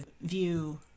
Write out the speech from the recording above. view